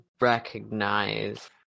recognize